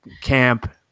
camp